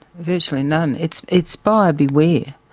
virtually none. it's it's buyer beware.